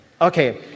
Okay